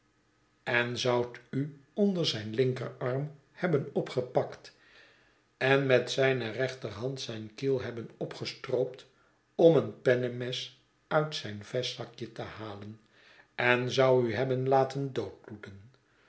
en zou u onder zijn linkerarm hebben opgepakt en met zijne rechterhand zijn kiel hebben opgestroopt om een pennemes uit zijn vestzakje te halen en zou u hebben laten